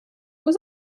was